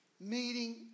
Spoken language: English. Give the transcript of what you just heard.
Meeting